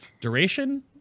duration